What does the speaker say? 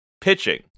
Pitching